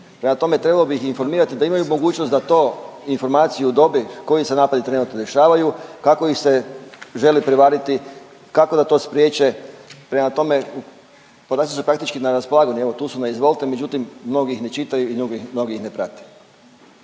Prema tome, trebalo bi ih informirati da imaju mogućnost da to informaciju dobe koji se napadi trenutno dešavaju, kako ih se želi prevariti, kako da to spriječe, prema tome podaci su praktički na raspolaganju, evo tu su na izvolte, međutim mnogi ih ne čitaju i mnogi ih ne prate.